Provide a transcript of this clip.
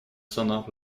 sonores